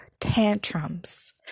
tantrums